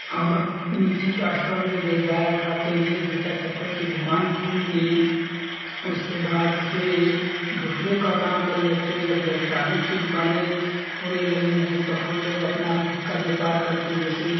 और नीची कास्ट वाले बेगार उठाते हैं जैसे जूता चप्पल की दुकान खोल लिए और उसके बाद जैसे दूसरों का काम कर लेते हैं सब इलेक्ट्रॉनिक की दुकानें होने लगी हैं तो हम लोग अपना खुद का व्यापार करते हैं जैसे